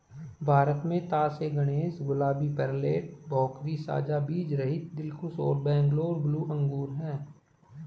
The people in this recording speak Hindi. भारत में तास ए गणेश, गुलाबी, पेर्लेट, भोकरी, साझा बीजरहित, दिलखुश और बैंगलोर ब्लू अंगूर हैं